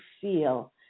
feel